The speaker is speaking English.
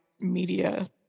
media